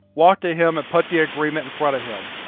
walked to him and put the agreement in front of him.